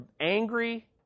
angry